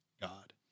God